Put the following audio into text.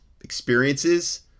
experiences